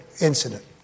incident